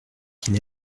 qu’il